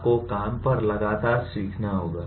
आपको काम पर लगातार सीखना होगा